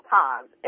times